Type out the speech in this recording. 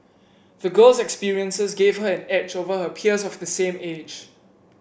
the girl's experiences gave her an edge over her peers of the same age